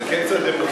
זה קץ הדמוקרטיה.